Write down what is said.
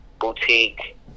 boutique